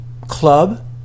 club